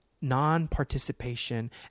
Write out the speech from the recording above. non-participation